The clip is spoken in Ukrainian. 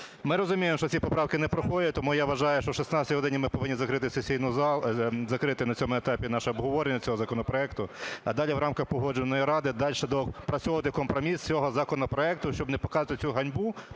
Ми розуміємо, що ці поправки не проходять, тому я вважаю, що о 16 годині ми повинні закрити на цьому етапі наше обговорення цього законопроекту, а далі в рамках Погоджувальної ради далі доопрацьовувати компроміс цього законопроекту, щоб не показувати цю ганьбу